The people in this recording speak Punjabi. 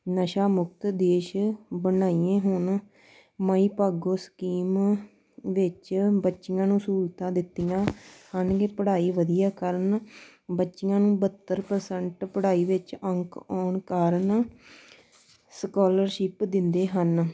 ਨਸ਼ਾ ਮੁਕਤ ਦੇਸ਼ ਬਣਾਈਏ ਹੁਣ ਮਾਈ ਭਾਗੋ ਸਕੀਮ ਵਿੱਚ ਬੱਚੀਆਂ ਨੂੰ ਸਹੂਲਤਾਂ ਦਿੱਤੀਆਂ ਹਨ ਕਿ ਪੜ੍ਹਾਈ ਵਧੀਆ ਕਰਨ ਬੱਚੀਆਂ ਨੂੰ ਬਹੱਤਰ ਪਰਸੈਂਟ ਪੜ੍ਹਾਈ ਵਿੱਚ ਅੰਕ ਆਉਣ ਕਾਰਨ ਸਕੋਲਰਸ਼ਿਪ ਦਿੰਦੇ ਹਨ